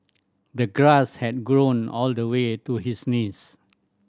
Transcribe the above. the grass had grown all the way to his knees